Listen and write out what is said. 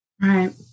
right